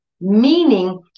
Meaning